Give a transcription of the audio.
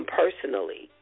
personally